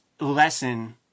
lesson